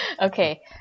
Okay